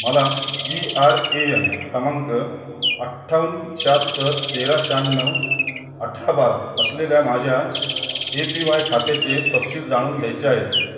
मला P R A N क्रमांक अठ्ठावन्न शहात्तर तेरा शह्याण्णव अठरा बारा असलेल्या माझ्या ए पी वाय खात्याचे तपशील जाणून घ्यायचे आहेत